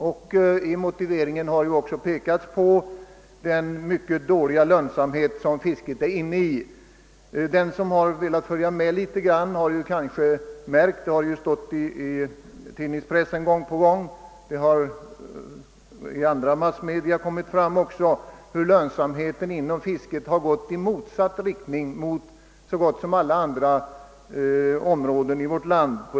I motiveringen har vi pekat på den mycket dåliga lönsamhet som fisket för närvarande har. Den som följt med vad som gång på gång framkommit i tidningspressen och i andra massmedia måste vara medveten om hur lönsamheten inom fisket gått i motsatt riktning mot vad som skett för de flesta andra branscher i vårt land.